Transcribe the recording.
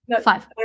Five